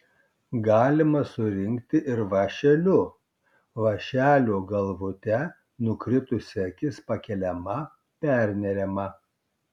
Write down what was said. galima surinkti ir vąšeliu vąšelio galvute nukritusi akis pakeliama perneriama